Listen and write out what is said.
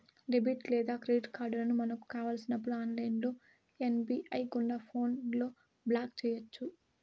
debit లేదా credit కార్డులను మనకు కావలసినప్పుడు ఆన్లైన్ ఎస్.బి.ఐ గుండా ఫోన్లో బ్లాక్ చేయొచ్చు